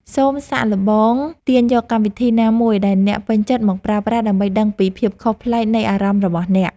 សូមសាកល្បងទាញយកកម្មវិធីណាមួយដែលអ្នកពេញចិត្តមកប្រើប្រាស់ដើម្បីដឹងពីភាពខុសប្លែកនៃអារម្មណ៍របស់អ្នក។